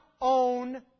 own